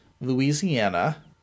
Louisiana